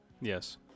Yes